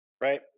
right